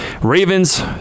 Ravens